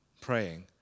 praying